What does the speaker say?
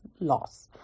loss